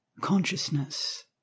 consciousness